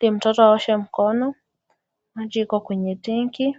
ili mtoto aoshe mkono. Maji iko kwenye tenki.